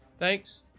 Thanks